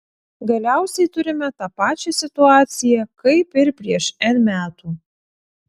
galiausiai turime tą pačią situaciją kaip ir prieš n metų